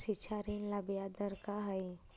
शिक्षा ऋण ला ब्याज दर का हई?